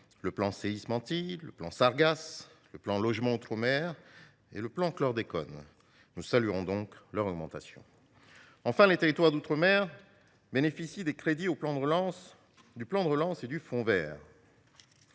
le plan Séisme Antilles, le plan Sargasses, le plan Logement outre mer et le plan Chlordécone. Nous saluons donc leur augmentation. Enfin, les territoires d’outre mer bénéficient des crédits du plan de relance et du fonds vert.